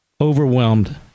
overwhelmed